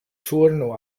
turnu